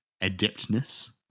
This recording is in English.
adeptness